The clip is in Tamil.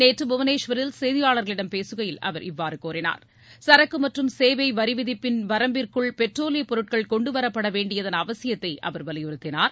நேற்று புவனேஸ்வரில் செய்தியாளர்களிடம் பேசுகையில் அவர் இவ்வாறு கூறினார் சரக்கு மற்றும் சேவை வரி விதிப்பின் வரம்பிற்குள் பெட்ரோலியப் பொருட்கள் கொண்டுவரப்படவேண்டியதன் அவசியத்தை அவர் வலியுறுத்தினார்